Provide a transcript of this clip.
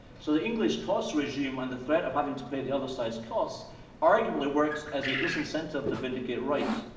so the english cost regime under threat of having to pay the other sides costs arguably works as a disincentive to vindicate rights.